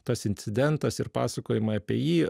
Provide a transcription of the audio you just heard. tas incidentas ir pasakojimai apie jį